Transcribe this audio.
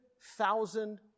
thousand